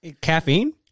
Caffeine